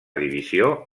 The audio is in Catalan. divisió